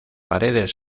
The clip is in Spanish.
paredes